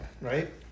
right